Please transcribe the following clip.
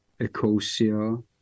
Ecosia